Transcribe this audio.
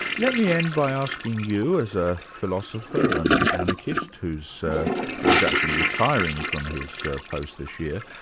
let me end by asking you, as a philosopher and anarchist who's ah who's actually retiring from his post this year,